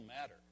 matter